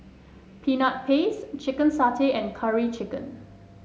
Peanut Paste Chicken Satay and Curry Chicken